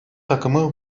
takımı